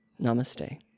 Namaste